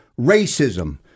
racism